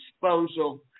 disposal